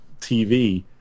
TV